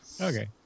Okay